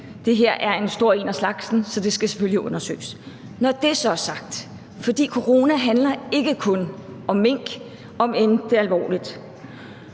det her er en stor en af slagsen, så det skal selvfølgelig undersøges. Så er det sagt. Når det så er sagt, vil jeg sige, at corona ikke kun handler kun om mink, om end det er alvorligt.